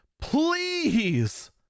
please